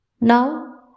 Now